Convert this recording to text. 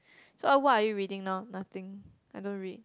so what are you reading now nothing I don't read